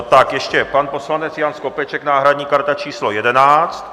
Tak ještě pan poslanec Jan Skopeček, náhradní karta číslo 11.